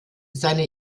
seine